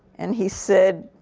and he said